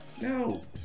No